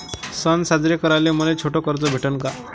सन साजरे कराले मले छोट कर्ज भेटन का?